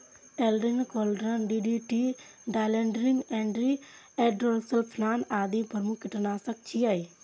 Aldrin, chlordane, DDT, dieldrin, endrin, endosulfan आदि प्रमुख कीटनाशक छियै